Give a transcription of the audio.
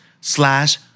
slash